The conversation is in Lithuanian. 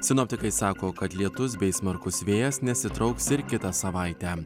sinoptikai sako kad lietus bei smarkus vėjas nesitrauks ir kitą savaitę